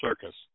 Circus